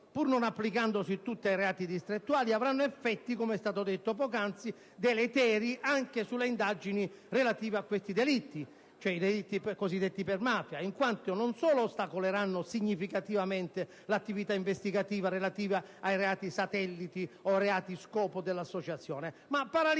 pur non applicandosi tutte ai reati distrettuali, avranno effetti deleteri - come è stato detto poc'anzi - anche sulle indagini relative ai cosiddetti delitti di mafia, in quanto non solo ostacoleranno significativamente l'attività investigativa relativa ai reati satellite o ai reati scopo dell'associazione, ma paralizzeranno